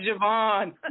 Javon